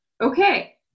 Okay